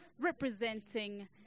representing